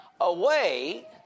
away